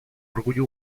orgullo